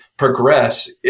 Progress